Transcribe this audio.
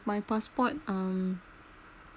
my passport um